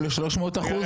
פסקה 5 התווספה.